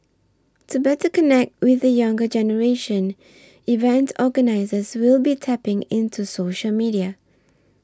to better connect with the younger generation event organisers will be tapping into social media